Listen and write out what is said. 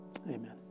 Amen